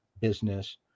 business